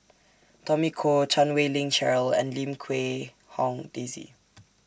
Tommy Koh Chan Wei Ling Cheryl and Lim Quee Hong Daisy